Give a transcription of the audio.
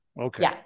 Okay